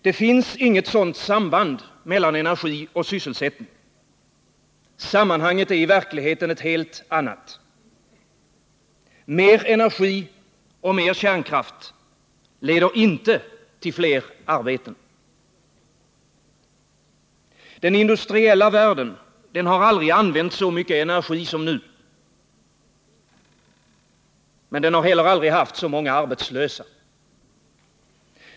Det finns inget sådant samband mellan energi och sysselsättning. Sammanhanget är i verkligheten ett helt annat. Mer energi och mer kärnkraft leder inte till fler arbeten. Den industriella världen har aldrig använt så mycket energi som nu. Den har heller aldrig haft så många arbetslösa.